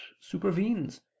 supervenes